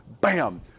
Bam